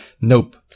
Nope